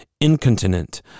incontinent